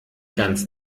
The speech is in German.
ganz